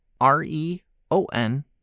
r-e-o-n